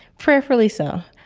prayerfully so.